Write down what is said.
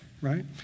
right